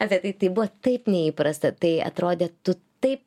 apie tai tai buvo taip neįprasta tai atrodė tu taip